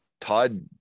Todd